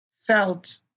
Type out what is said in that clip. felt